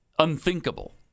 unthinkable